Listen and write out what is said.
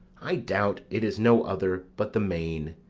i doubt it is no other but the main